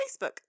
Facebook